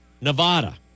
Nevada